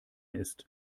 ist